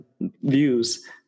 views